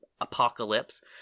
apocalypse